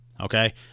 Okay